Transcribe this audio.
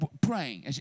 praying